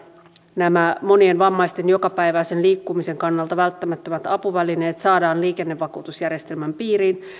nämä monien vammaisten jokapäiväisen liikkumisen kannalta välttämättömät apuvälineet saadaan liikennevakuutusjärjestelmän piiriin